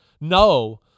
no